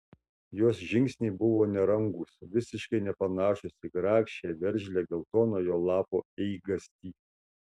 jos žingsniai buvo nerangūs visiškai nepanašūs į grakščią veržlią geltonojo lapo eigastį